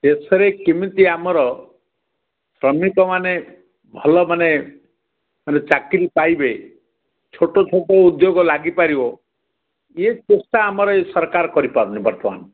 ଶେଷରେ କେମିତି ଆମର ଶ୍ରମିକମାନେ ଭଲ ମାନେ ମାନେ ଚାକିରୀ ପାଇବେ ଛୋଟ ଛୋଟ ଉଦ୍ୟୋଗ ଲାଗିପାରିବ ଇଏ କୋଟା ଆମର ଏ ସରକାର କରିପାରୁନି ବର୍ତ୍ତମାନ